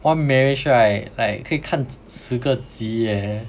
one marriage right like 可以看十个几 leh